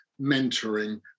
mentoring